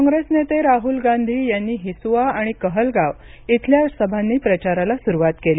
काँग्रेस नेते राहुल गांधी यांनी हिसुआ आणि कहलगाव इथल्या सभांनी प्रचाराला सुरुवात केली